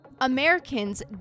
Americans